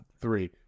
three